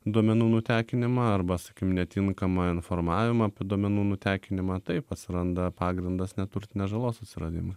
duomenų nutekinimą arba sakykim netinkamą informavimą apie duomenų nutekinimą taip atsiranda pagrindas neturtinės žalos atsiradimui